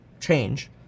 change